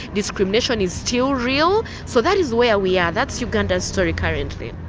discrimination is still real, so that is where we are. that's uganda's story currently.